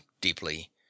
deeply